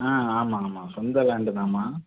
ஆ ஆமாம் ஆமாம் சொந்த லேண்ட்டுதாமா